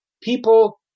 people